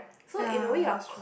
ya